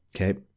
okay